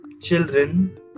children